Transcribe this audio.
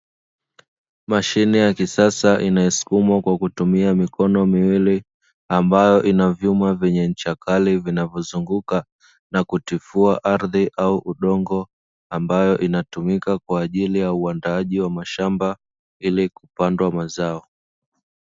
Mashine ya kisasa inayosukumwa kwa kutumia mikono miwili, ambayo ina vyuma vyenye ncha kali vinavyozunguka na kutifua ardhi au udongo, ambayo inatumika kwa ajili ya uandaaji wa mashamba ili kupandwa mazao.